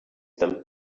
them